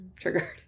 triggered